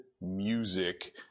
music